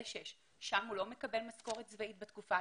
6. שם הוא לא מקבל משכורת באותה תקופה,